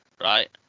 right